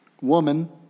woman